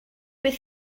beth